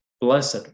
Blessed